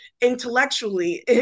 intellectually